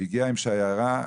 עם שיירה,